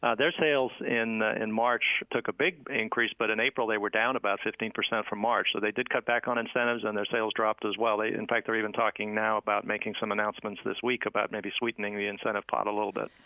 ah their sales in in march took a big increase. but in april they were down about fifteen percent from march. so they did cut back on incentives, and their sales dropped as well. in fact, they're even talking now about making some announcements this week about maybe sweetening the incentive pot a little bit.